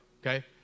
Okay